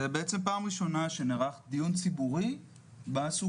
זאת בעצם פעם ראשונה שנערך דיון ציבורי בסוגיה